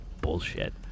bullshit